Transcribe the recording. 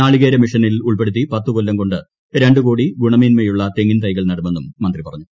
നാളികേര മിഷനിൽ ഉൾപ്പെടുത്തി പത്തു കൊല്ലം കൊണ്ട് രണ്ട് കോടി ഗുണമേന്മയുള്ള തെങ്ങിൻ തൈകൾ നടുമെന്നും മന്ത്രി പറഞ്ഞു